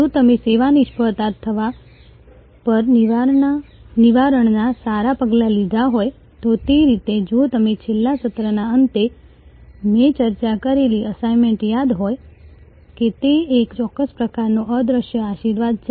જો તમે સેવા નિષ્ફળ થવા પર નિવારણના સારા પગલાં લીધા હોય તો તે રીતે જો તમને છેલ્લા સત્રના અંતે મેં ચર્ચા કરેલી અસાઇન્મેન્ટ યાદ હોય કે તે એક પ્રકારનો અદ્રશ્ય આશીર્વાદ છે